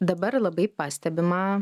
dabar labai pastebima